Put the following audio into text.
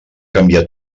canviar